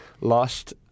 lost